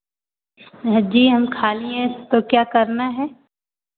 हाँ जी हम खाली हैं तो क्या करना है